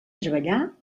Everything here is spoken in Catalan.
treballar